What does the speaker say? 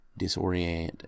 disorient